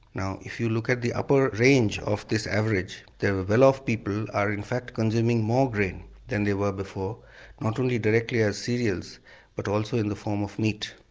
now if you look at the upper range of this average the well-off people are in fact consuming more grain than they were before not only directly as cereals but also in the form of meat.